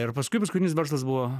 ir paskui paskutinis verslas buvo